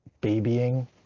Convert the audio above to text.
babying